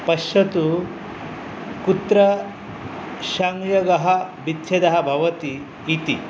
पश्यतु कुत्र संयोगः विच्छेदः भवति इति